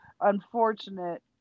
unfortunate